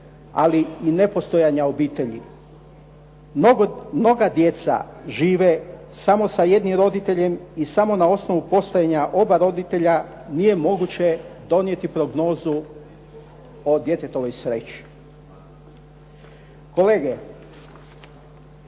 ali i nepostojanja obitelji. Mnoga djeca žive samo sa jednim roditeljem i samo na osnovu postojanja oba roditelja nije moguće donijeti prognozu o djetetovoj sreći. Kolege